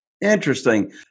Interesting